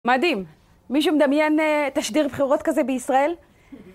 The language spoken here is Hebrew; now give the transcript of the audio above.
מדהים, מישהו מדמיין תשדיר בחירות כזה בישראל?